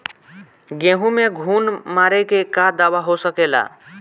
गेहूँ में घुन मारे के का दवा हो सकेला?